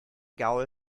gaul